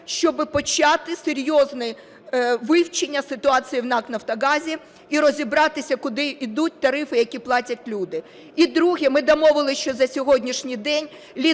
щоб почати серйозне вивчення ситуації в НАК "Нафтогазі" і розібратися, куди йдуть тарифи, які платять люди; і друге - ми домовились, що за сьогоднішній день